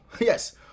yes